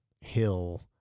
hill